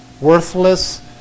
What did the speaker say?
worthless